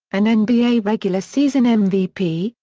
an nba regular season um mvp,